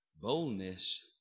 Boldness